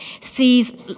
sees